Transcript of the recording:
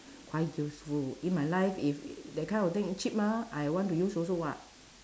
quite useful in my life if that kind of thing cheap mah I want to use also [what]